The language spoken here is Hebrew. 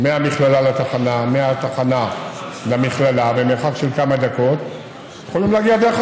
בזמן שישנתי ראש הממשלה והממשלה הובילו את המאבק בשחיתות הממאירה את